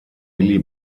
willy